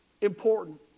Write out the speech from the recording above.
important